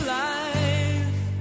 life